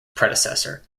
predecessor